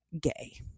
gay